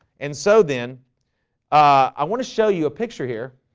and so then i want to show you a picture here